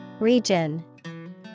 Region